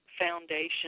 foundation